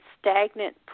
stagnant